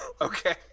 okay